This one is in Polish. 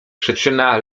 przyczyna